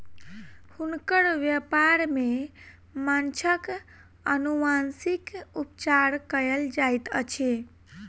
हुनकर व्यापार में माँछक अनुवांशिक उपचार कयल जाइत अछि